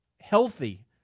healthy